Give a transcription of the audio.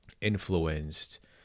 influenced